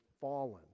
fallen